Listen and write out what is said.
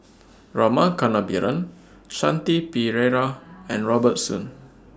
Rama Kannabiran Shanti Pereira and Robert Soon